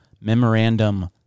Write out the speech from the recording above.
memorandum